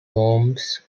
bombs